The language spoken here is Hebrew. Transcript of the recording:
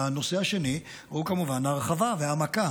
הנושא השני הוא כמובן ההרחבה וההעמקה